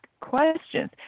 questions